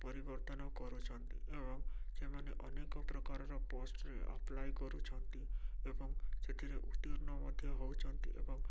ପରିବର୍ତ୍ତନ କରୁଛନ୍ତି ଏବଂ ସେମାନେ ଅନେକ ପ୍ରକାରର ପୋଷ୍ଟରେ ଆପ୍ଲାଏ କରୁଛନ୍ତି ଏବଂ ସେଥିରେ ଉତ୍ତୀର୍ଣ୍ଣ ମଧ୍ୟ ହେଉଛନ୍ତି ଏବଂ